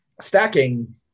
stacking